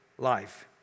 life